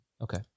Okay